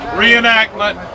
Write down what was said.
reenactment